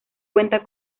cuenta